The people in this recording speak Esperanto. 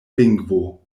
lingvo